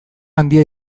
handia